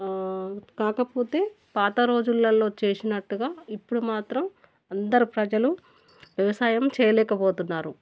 కాకపోతే పాత రోజుల్లో చేసినట్టుగా ఇప్పుడు మాత్రం అందరు ప్రజలు వ్యవసాయం చెయ్యలేకపోతున్నారు